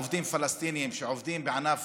עובדים פלסטינים שעובדים בענף